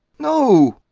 no,